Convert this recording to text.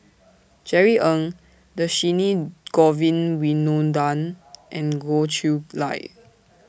Jerry Ng Dhershini Govin Winodan and Goh Chiew Lye